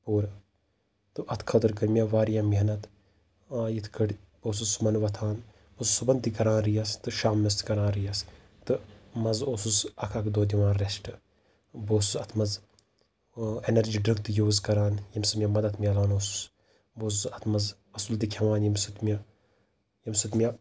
پوٗرٕ تہٕ اَتھ خٲطرٕ کٔر مےٚ واریاہ محنت یِتھ کٲٹھۍ بہٕ اوسُس صبحن وۄتھان اوسُس صبحن تہِ کَران ریس تہٕ شامنَس تہِ کَران ریس تہٕ منٛزٕ اوسُس اَکھ اَکھ دۄہ دِوان رٮ۪سٹ بہٕ اوسُس اَتھ منٛز اٮ۪نَرجی ڈِرٛنٛک تہِ یوٗز کَران ییٚمہِ سۭتۍ مےٚ مَدَد میلان اوس بہٕ اوسُس اَتھ منٛز اَصٕل تہِ کھٮ۪وان ییٚمہِ سۭتۍ مےٚ ییٚمہِ سۭتۍ مےٚ